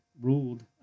ruled